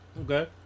Okay